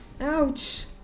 Ouch